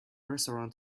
restaurant